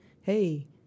Hey